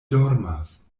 dormas